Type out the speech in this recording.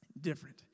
different